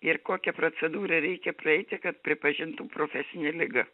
ir kokią procedūrą reikia praeiti kad pripažintų profesinę ligą